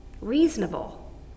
reasonable